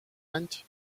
anys